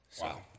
Wow